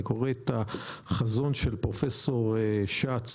אני קורא את החזון של פרופ' שץ,